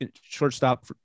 shortstop